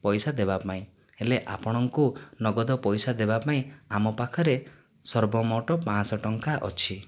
ପଇସା ଦେବା ପାଇଁ ହେଲେ ଆପଣଙ୍କୁ ନଗଦ ପଇସା ଦେବା ପାଇଁ ଆମ ପାଖରେ ସର୍ବ ମୋଟ ପାଞ୍ଚଶହ ଟଙ୍କା ଅଛି